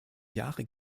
jahre